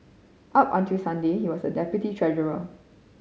up until Sunday he was deputy treasurer